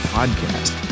Podcast